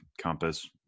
compass